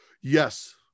Yes